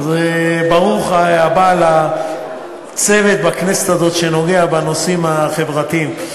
אז ברוך הבא לצוות בכנסת הזאת שנוגע בנושאים החברתיים.